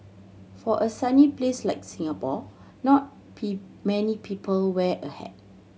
for a sunny place like Singapore not many people wear a hat